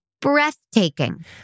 breathtaking